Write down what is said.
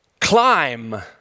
climb